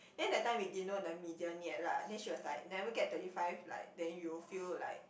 then the time we didn't know the medium yet lah then she was like never get thirty five like then you will feel like